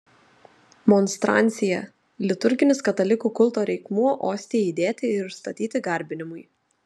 monstrancija liturginis katalikų kulto reikmuo ostijai įdėti ir išstatyti garbinimui